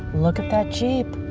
look at that jeep.